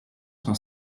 sont